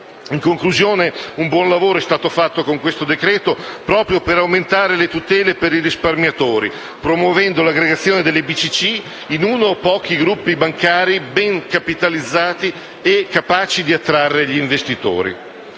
In conclusione, con il provvedimento in esame è stato fatto un buon lavoro, proprio al fine di aumentare le tutele per i risparmiatori, promuovendo l'aggregazione delle BCC in uno o pochi gruppi bancari ben capitalizzati e capaci di attrarre gli investitori.